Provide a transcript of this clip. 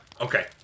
Okay